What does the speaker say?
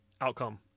outcome